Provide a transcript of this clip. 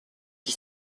qui